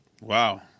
Wow